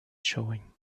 showing